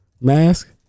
mask